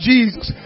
Jesus